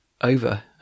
Over